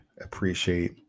appreciate